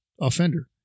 offender